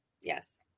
Yes